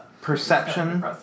perception